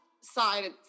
side